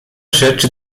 rzecz